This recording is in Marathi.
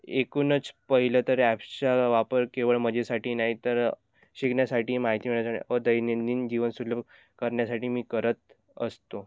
एकूनच पहिलं तर ॲप्सचा वापर केवळ मजेसाठी नाही तर शिकण्यासाठी माहिती मिळण्यासाठी व दैनंदिन जीवन सुलभ करण्यासाठी मी करत असतो